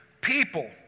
people